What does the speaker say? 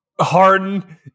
Harden